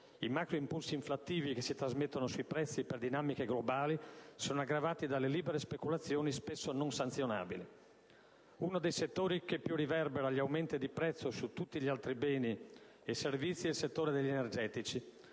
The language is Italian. I macroimpulsi inflattivi che si trasmettono sui prezzi per dinamiche globali sono aggravati dalle libere speculazioni spesso non sanzionabili. Uno dei settori che più riverbera gli aumenti di prezzo su tutti gli altri beni e servizi è il settore degli energetici.